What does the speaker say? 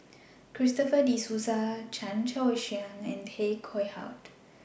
Christopher De Souza Chan Choy Siong and Tay Koh Yat